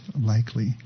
likely